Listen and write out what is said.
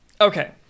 Okay